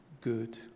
good